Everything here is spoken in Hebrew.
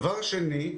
דבר שני,